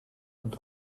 und